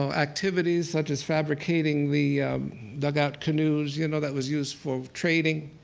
um activities such as fabricating the dugout canoes you know that was used for trading,